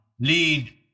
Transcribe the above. lead